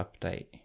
update